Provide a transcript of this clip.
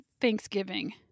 Thanksgiving